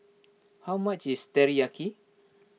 how much is Teriyaki